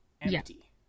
empty